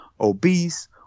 obese